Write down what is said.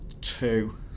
Two